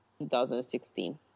2016